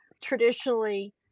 traditionally